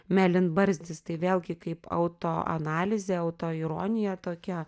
mėlynbarzdis tai vėlgi kaip autoanalizė autoironija tokia